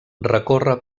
recorre